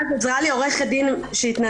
אז עזרה לי עורכת דין מתנדבת